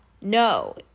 No